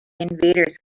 invaders